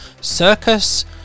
Circus